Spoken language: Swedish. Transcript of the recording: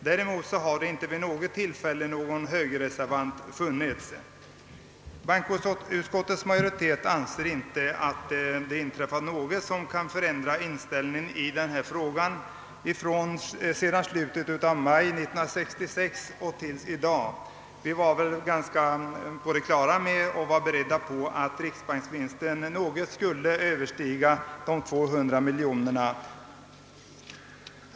Däremot har det inte vid något till fälle funnits någon högerreservant i bankofullmäktige. : Bankoutskottets majoritet anser inte att det har inträffat någonting som kan förändra inställningen i denna fråga från slutet av maj 1966 och till i dag. Vi var väl beredda på att riksbanksvinsten något skulle överstiga 200 miljoner.